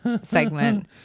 segment